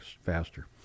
faster